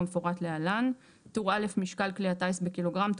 כמפורט להלן: טור א': משקל כלי הטיס בקילוגרם.